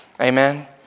Amen